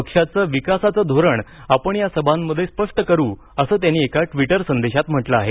पक्षाचं विकासाचं धोरण आपण या सभांमध्ये स्पष्ट करू असं त्यांनी एका ट्विटर संदेशात म्हटलं आहे